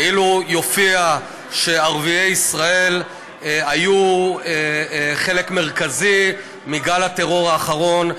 כאילו יופיע שערביי ישראל היו חלק מרכזי מגל הטרור האחרון.